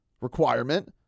requirement